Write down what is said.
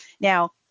Now